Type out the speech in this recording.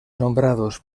nombrados